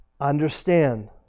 understand